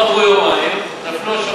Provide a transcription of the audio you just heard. לא עברו יומיים, נפלו השמים.